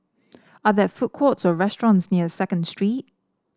are there food courts or restaurants near Second Street